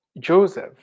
Joseph